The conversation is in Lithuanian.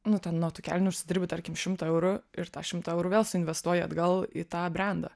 nu ten nuo tų kelnių užsidirbi tarkim šimtą eurų ir tą šimtą eurų vėl suinvestuoji atgal į tą brendą